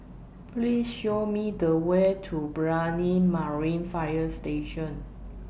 Please Show Me The Way to Brani Marine Fire Station